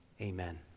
amen